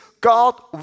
God